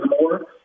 more